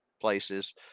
places